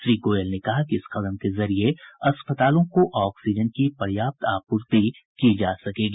श्री गोयल ने कहा कि इस कदम के जरिए अस्पतालों को ऑक्सीजन की पर्याप्त आपूर्ति की जा सकेगी